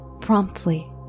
promptly